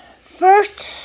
First